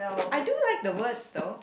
I do like the words though